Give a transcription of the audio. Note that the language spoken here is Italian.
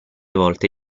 volte